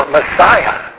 Messiah